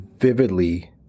vividly